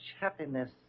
happiness